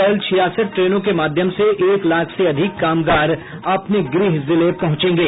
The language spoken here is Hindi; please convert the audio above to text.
कल छियासठ ट्रेनों के माध्यम से एक लाख से अधिक कामगार अपने गृह जिले पहुंचेंगे